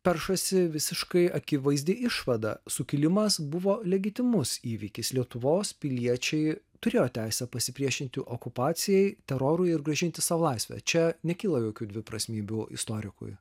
peršasi visiškai akivaizdi išvada sukilimas buvo legitimus įvykis lietuvos piliečiai turėjo teisę pasipriešinti okupacijai terorui ir grąžinti sau laisvę čia nekyla jokių dviprasmybių istorikui